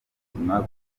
ubuzima